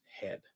head